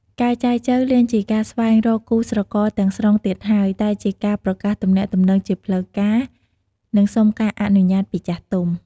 ការចែចូវលែងជាការស្វែងរកគូស្រករទាំងស្រុងទៀតហើយ តែជាការប្រកាសទំនាក់ទំនងជាផ្លូវការ និងសុំការអនុញ្ញាតពីចាស់ទុំ។